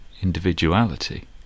individuality